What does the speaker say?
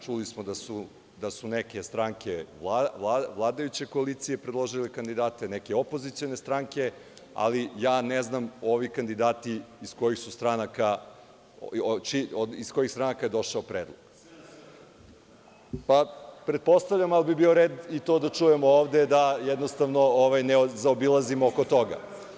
Čuli smo da su neke stranke vladajuće koalicije predložile kandidate, neke opozicione stranke, ali ja ne znam, ovi kandidati iz kojih su stranaka, iz kojih stranaka je došao predlog? (Zoran Krasić, s mesta: SNS.) Pretpostavljam, ali bi bio red to da čujemo ovde, da jednostavno ne zaobilazimo oko toga.